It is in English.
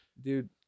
dude